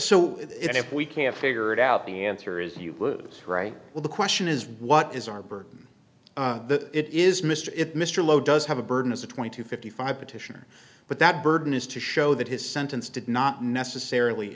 so if we can't figure it out the answer is you lose well the question is what is are but that it is mr it mr low does have a burden as a twenty two fifty five petitioner but that burden is to show that his sentence did not necessarily